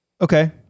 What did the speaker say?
Okay